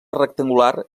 rectangular